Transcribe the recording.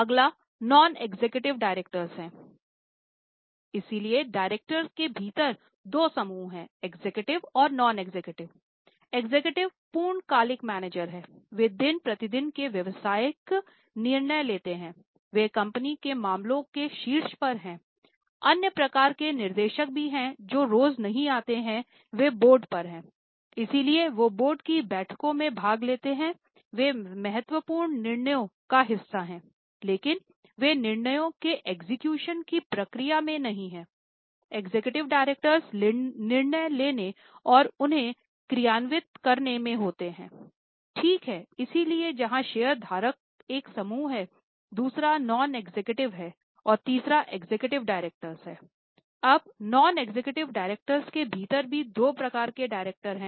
अगला non executive director समूहों के हैं